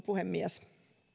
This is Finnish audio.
puhemies